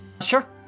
Sure